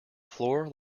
floor